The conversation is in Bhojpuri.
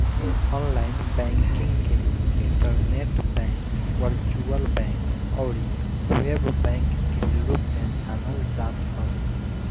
ऑनलाइन बैंकिंग के इंटरनेट बैंक, वर्चुअल बैंक अउरी वेब बैंक के रूप में जानल जात हवे